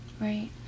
Right